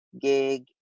gig